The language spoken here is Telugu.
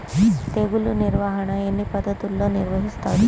తెగులు నిర్వాహణ ఎన్ని పద్ధతుల్లో నిర్వహిస్తారు?